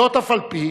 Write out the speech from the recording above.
זאת אף-על-פי